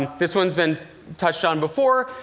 this one's been touched on before,